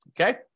Okay